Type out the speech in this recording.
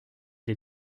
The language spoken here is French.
les